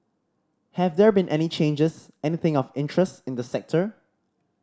have there been any changes anything of interest in the sector